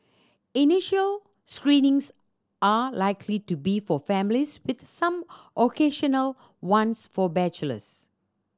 initial screenings are likely to be for families with some occasional ones for bachelors